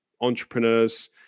entrepreneurs